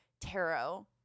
tarot